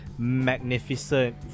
Magnificent